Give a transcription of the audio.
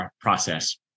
process